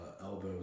elbow